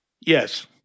Yes